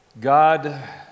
God